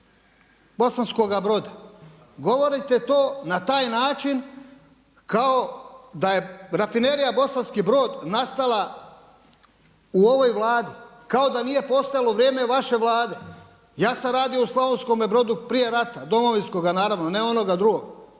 Bosanskoga Broda. Govorite to na taj način kao da je rafinerija Bosanski Brod nastala u ovoj Vladi, kao da nije postojala u vrijeme vaše Vlade, ja sam radio u Slavonskome Brodu prije rata, Domovinskoga, naravno, ne onoga drugog,